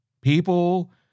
people